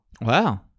Wow